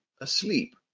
asleep